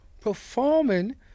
performing